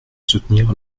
soutenir